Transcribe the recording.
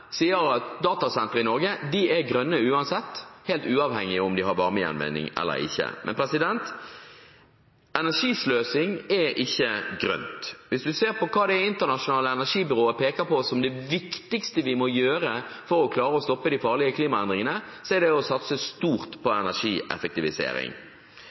sier at datasentre i Norge er grønne uansett, helt uavhengig av om de har varmegjenvinning eller ikke. Men energisløsing er ikke grønt. Hvis man ser på hva Det internasjonale energibyrået peker på som det viktigste vi må gjøre for å klare å stoppe de farlige klimaendringene, er det å satse stort på